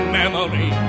memory